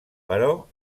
però